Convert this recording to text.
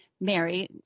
Mary